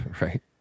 right